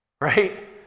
Right